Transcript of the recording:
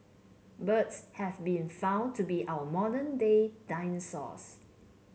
birds have been found to be our modern day dinosaurs